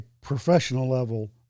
professional-level